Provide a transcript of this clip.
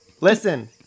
listen